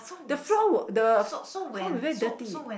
the floor will the floor be very dirty